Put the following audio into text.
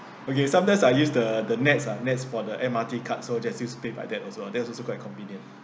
okay sometimes I use the the NETS ah NETS for the M_R_T card so just use to pay by that also that's also quite convenient